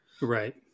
Right